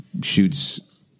shoots